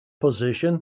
position